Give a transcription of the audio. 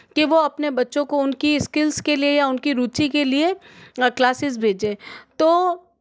कि वो अपने बच्चों को उनकी स्किल्स के लिए या उनकी रुचि के लिए क्लासेस भेजें तो